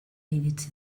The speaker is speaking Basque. iritsi